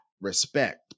respect